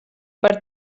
par